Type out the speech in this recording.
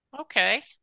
Okay